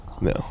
No